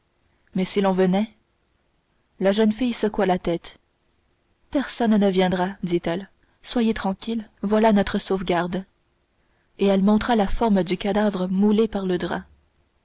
mais si l'on venait la jeune fille secoua la tête personne ne viendra dit-elle soyez tranquille voilà notre sauvegarde et elle montra la forme du cadavre moulée par le drap